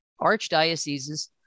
archdioceses